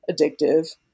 addictive